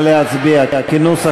שם הפרק וסעיף 13, כהצעת